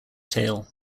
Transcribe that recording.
tail